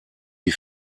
die